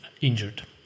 injured